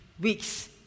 weeks